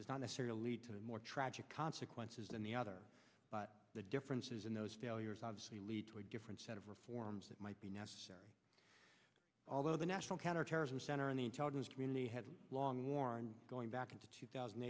does not necessarily lead to more tragic consequences than the other but the differences in those failures obviously lead to a different set of reforms that might be necessary although the national counterterrorism center and the intelligence community had a long war and going back into two thousand